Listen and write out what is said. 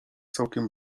całkiem